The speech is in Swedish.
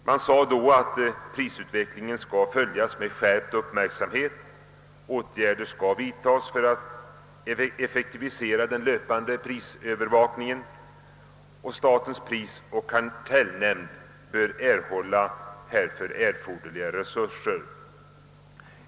Det sades då, att prisutvecklingen skulle följas med skärpt uppmärksamhet, att åtgärder skulle vidtagas för att effektivisera den löpande prisövervakningen och att statens prisoch kartellnämnd skulle erhålla härför erforderliga resurser.